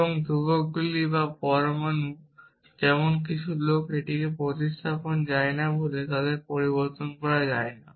এবং ধ্রুবকগুলি বা পরমাণু যেমন কিছু লোক এটিকে প্রতিস্থাপন করা যায় না বলে তাদের পরিবর্তন করা যায় না